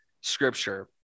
Scripture